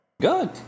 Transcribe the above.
Good